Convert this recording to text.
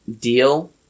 deal